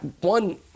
one